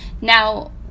Now